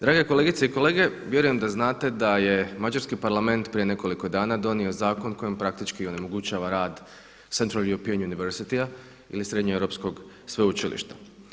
Drage kolegice i kolege, vjerujem da znate da je Mađarski parlament prije nekoliko dana donio zakon kojim praktički onemogućava rad Central European University ili Srednjoeuropskog sveučilišta.